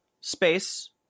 space